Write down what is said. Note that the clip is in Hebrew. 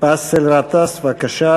באסל גטאס, בבקשה,